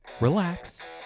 Relax